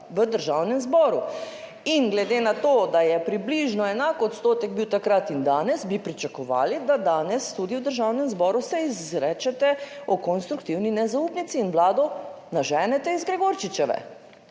v Državnem zboru in glede na to, da je približno enak odstotek bil takrat in danes, bi pričakovali, da danes tudi v Državnem zboru se izrečete o konstruktivni nezaupnici in Vlado naženete iz Gregorčičeve,